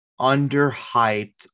underhyped